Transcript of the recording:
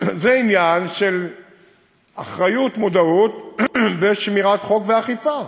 זה עניין של אחריות, מודעות ושמירת חוק ואכיפה.